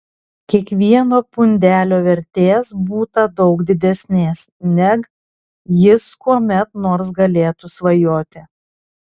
kiekvieno pundelio vertės būta daug didesnės neg jis kuomet nors galėtų svajoti